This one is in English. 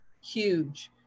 Huge